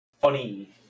funny